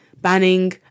Banning